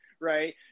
Right